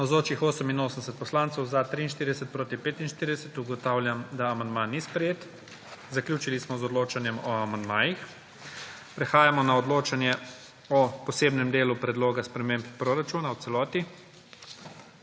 45. (Za je glasovalo 43.) (Proti 45.) Ugotavljam, da amandma ni sprejet. Zaključili smo z odločanjem o amandmajih. Prehajamo na odločanje o posebnem delu predloga sprememb proračuna v celoti.